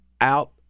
out